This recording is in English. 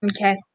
Okay